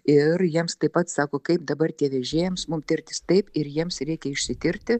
ir jiems taip pat sako kaip dabar tie vežėjams mum tirtis taip ir jiems reikia išsitirti